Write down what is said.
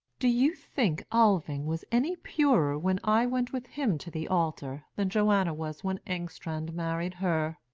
do you think alving was any purer when i went with him to the altar than johanna was when engstrand married her?